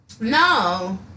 no